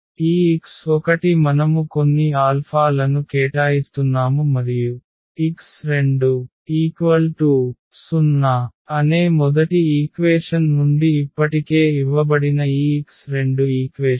ఈ x1 మనము కొన్ని ఆల్ఫా లను కేటాయిస్తున్నాము మరియు x2 0 అనే మొదటి ఈక్వేషన్ నుండి ఇప్పటికే ఇవ్వబడిన ఈ x2 ఈక్వేషన్